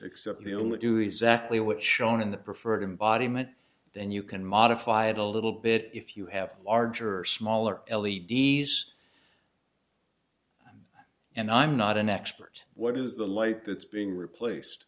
except they only do exactly what shown in the preferred embodiment then you can modify it a little bit if you have larger or smaller l e d's and i'm not an expert what is the light that's being replaced